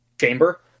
chamber